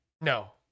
no